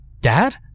Dad